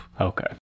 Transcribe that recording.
Okay